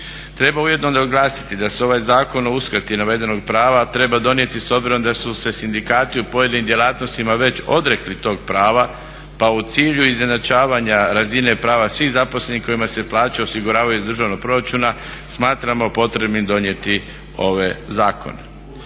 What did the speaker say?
Treba ujedno naglasiti da se ovaj zakon o uskrati navedenog prava treba donijeti s obzirom da su se sindikati u pojedinim djelatnostima već odrekli tog prava pa u cilju izjednačavanja razine prava svih zaposlenih kojima se plaće osiguravaju iz državnog proračuna smatramo potrebnim donijeti ove zakone.